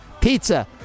pizza